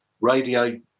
Radio